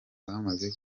bamaze